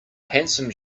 handsome